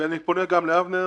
גם לאבנר